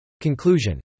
Conclusion